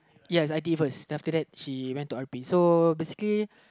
yes I did first then after that she went to R_P so basically